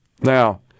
Now